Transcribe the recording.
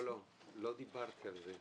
לא דיברתי על זה.